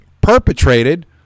perpetrated